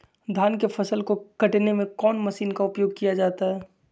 धान के फसल को कटने में कौन माशिन का उपयोग किया जाता है?